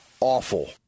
Awful